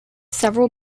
several